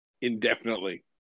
indefinitely